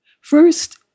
First